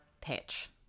pitch